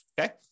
okay